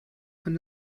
von